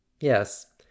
Yes